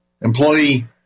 Employee